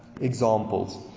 examples